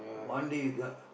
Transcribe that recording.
one day you got